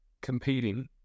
competing